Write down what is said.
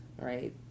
Right